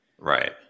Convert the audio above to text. Right